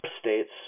states